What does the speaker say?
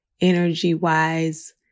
energy-wise